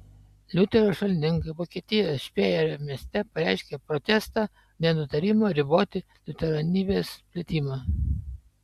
liuterio šalininkai vokietijos špėjerio mieste pareiškė protestą dėl nutarimo riboti liuteronybės plitimą